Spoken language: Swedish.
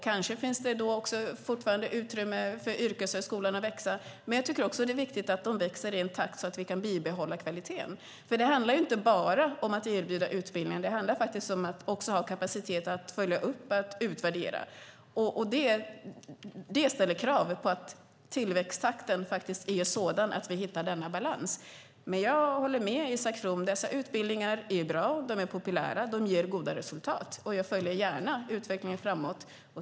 Kanske finns det fortfarande utrymme för yrkeshögskolorna att växa. Men det är också viktigt att de växer i sådan takt att kvaliteten kan bibehållas. Det handlar inte bara om att erbjuda utbildning, utan det handlar också om att ha kapacitet att följa upp och att utvärdera. Det ställer krav på att tillväxttakten är sådan att vi hittar denna balans. Jag håller med Isak From om att dessa utbildningar är bra. De är populära och ger goda resultat. Jag följer gärna utvecklingen framåt.